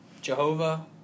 Jehovah